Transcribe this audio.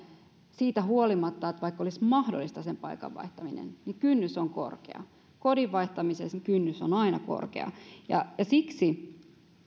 siitä huolimatta että olisi mahdollista sen paikan vaihtaminen kynnys on korkea kodin vaihtamisessa kynnys on aina korkea siksi